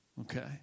Okay